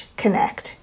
connect